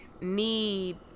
need